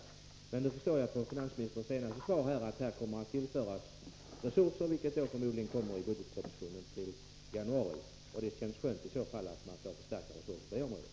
= tullkontrollav im Men jag förstår nu av finansministerns senaste inlägg att här kommer att portgods tillföras resurser — förmodligen i budgetpropositionen i januari. Det känns skönt att man får förstärkta resurser på detta område.